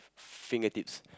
fingertips